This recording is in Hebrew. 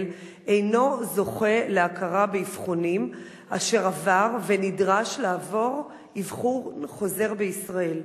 אינו זוכה להכרה באבחונים אשר עבר ונדרש לעבור אבחון חוזר בישראל.